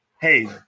hey